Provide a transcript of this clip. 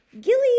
gilly